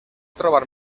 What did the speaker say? trobar